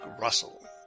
Russell